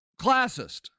classist